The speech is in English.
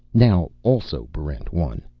now also barrent one.